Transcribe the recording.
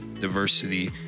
diversity